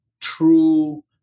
true